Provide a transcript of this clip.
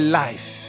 life